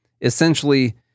essentially